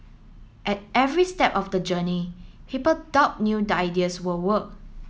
at every step of the journey people doubt new ideas will work